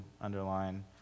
underline